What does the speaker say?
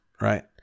right